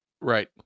right